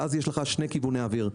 ואז יש לך שני כיווני אוויר.